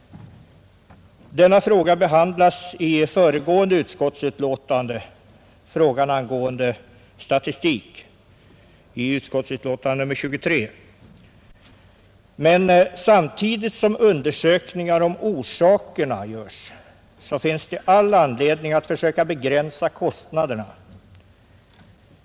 Denna fråga behandlas i föregående utskottsbetänkande om viss statistik inom socialvården, utskottets betänkande nr 23. Men samtidigt som undersökningar görs om orsakerna finns det all anledning att försöka begränsa kostnaderna.